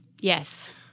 Yes